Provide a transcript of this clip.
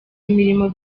imirimo